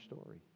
story